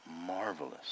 marvelous